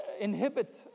inhibit